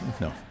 no